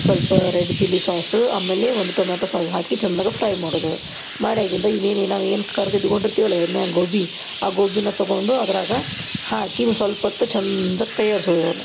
ಸ್ವಲ್ಪ red chilli sauce ಆಮೇಲೆ ಒಂದು ಟೊಮೆಟೋ ಸಾಸ್ ಹಾಕಿ ಚಂದಾಗ ಫ್ರೈ ಮಾಡೋದು ಮಾಡ್ಯಾಗಿಂದ ಇವ್ನೇನೇನು ನಾವೇನು ಕರ್ದು ಇಟ್ಕೊಂಡಿರ್ತೀವಲ್ಲ ಎಣ್ಯಾಗ ಗೋಬಿ ಆ ಗೋಬಿನ ತೊಗೊಂಡು ಅದರಾಗ ಹಾಕಿ ಒಂದು ಸ್ವಲ್ಪೊತ್ತು ಚಂದಾಗಿ ಕೈ ಆಡಿಸೋದು ಅವನ್ನು